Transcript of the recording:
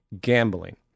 gambling